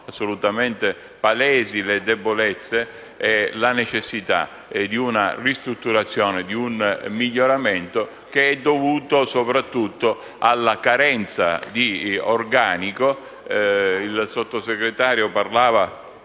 assolutamente palesi le debolezze e la necessità di una ristrutturazione e di un miglioramento, dovuta soprattutto alla carenza di organico. Il Sottosegretario ha parlato